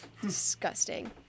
Disgusting